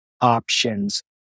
options